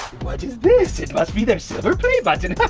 what is this? it must be their silver play button.